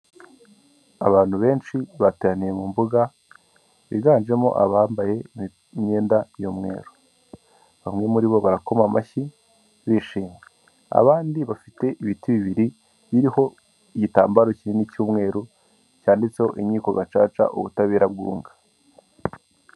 Abantu benshi bateraniye mu mbuga biganjemo abambaye imyenda y'umweru, bamwe muri bo barakoma amashyi bishimye abandi bafite ibiti bibiri biriho igitambaro kinini cy'umweru cyanditseho inkiko gacaca ubutabera bwunga.